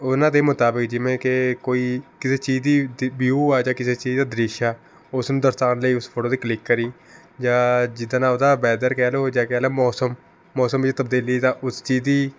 ਉਹਨਾਂ ਦੇ ਮੁਤਾਬਿਕ ਜਿਵੇਂ ਕਿ ਕੋਈ ਕਿਸੇ ਚੀਜ਼ ਦੀ ਦੀ ਵਿਊ ਆ ਜਾਂ ਕਿਸੇ ਚੀਜ਼ ਦਾ ਦ੍ਰਿਸ਼ ਆ ਉਸ ਨੂੰ ਦਰਸਾਉਣ ਲਈ ਉਸ ਫੋਟੋ ਦੀ ਕਲਿੱਕ ਕਰੀ ਜਾਂ ਜਿੱਦਾਂ ਦਾ ਉਹਦਾ ਵੈਦਰ ਕਹਿ ਲਓ ਜਾਂ ਕਹਿ ਲਓ ਮੌਸਮ ਮੌਸਮ ਵਿੱਚ ਤਬਦੀਲੀ ਦਾ ਉਸ ਚੀਜ਼ ਦੀ